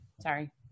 Sorry